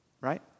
Right